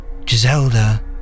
Giselda